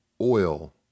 oil